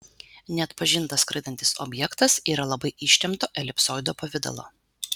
neatpažintas skraidantis objektas yra labai ištempto elipsoido pavidalo